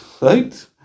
Right